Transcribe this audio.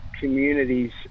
communities